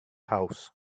house